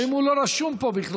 אבל אם הוא לא רשום פה בכלל,